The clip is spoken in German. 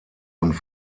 und